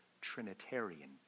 Trinitarian